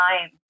time